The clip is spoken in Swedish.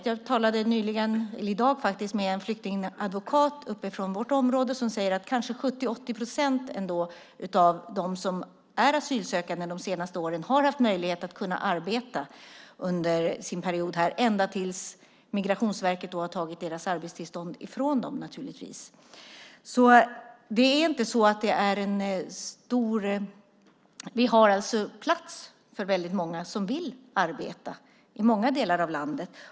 Jag talade i dag med en flyktingadvokat i det område jag kommer ifrån som säger att 70-80 procent av dem som de senaste åren varit asylsökande har haft möjlighet att arbeta under väntetiden, ända tills Migrationsverket tagit arbetstillståndet ifrån dem. Vi har alltså plats för många som vill arbeta i olika delar av landet.